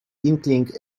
inkling